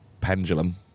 Pendulum